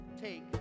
take